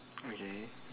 okay